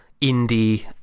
indie